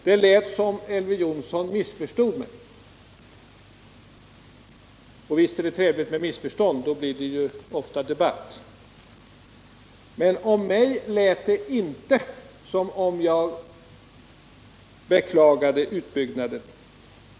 Det lät som om Elver Jonsson missförstod mig. Visst är det trevligt med missförstånd — då blir det ju ofta debatt — men om mig lät det inte som om jag beklagade utbyggnaden.